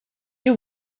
you